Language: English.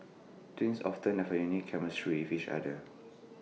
twins often have A unique chemistry with each other